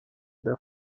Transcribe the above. der